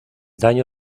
daño